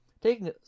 taking